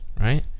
right